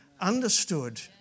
understood